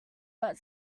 but